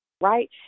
right